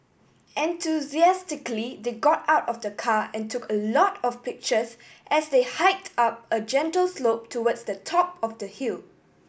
enthusiastically they got out of the car and took a lot of pictures as they hiked up a gentle slope towards the top of the hill